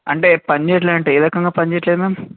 అంటే పని చేయట్లేదంటే ఏ రకంగా పని చేయట్లేదు మ్యామ్